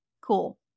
cool